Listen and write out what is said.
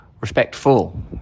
respectful